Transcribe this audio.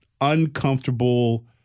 uncomfortable